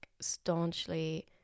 staunchly